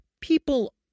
People